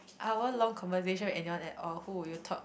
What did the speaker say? hour long conversation with anyone at all who would you talk